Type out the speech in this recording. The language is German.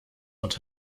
und